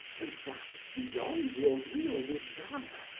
and that beyond your real desire,